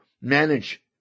manage